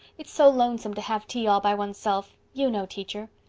it's so lonesome to have tea all by oneself. you know, teacher.